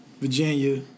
Virginia